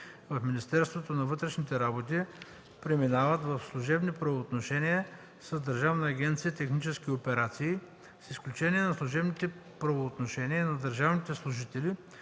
в Министерството на вътрешните работи преминават в служебни правоотношения с Държавна агенция „Технически операции”, с изключение на служебните правоотношения на държавните служители,